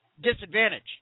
disadvantage